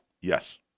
Yes